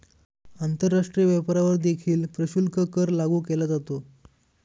आंतरराष्ट्रीय व्यापारावर देखील प्रशुल्क कर लागू केला जातो